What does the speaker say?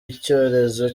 icyorezo